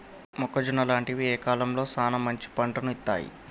మొక్కజొన్న లాంటివి ఏ కాలంలో సానా మంచి పంటను ఇత్తయ్?